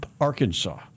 Arkansas